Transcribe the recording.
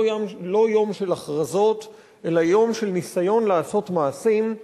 לא יום של הכרזות אלא יום של ניסיון לעשות מעשים.